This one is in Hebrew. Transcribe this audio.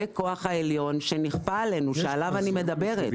זה כוח עליון שנכפה עלינו, שעליו אני מדברת.